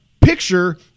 picture